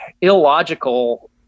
illogical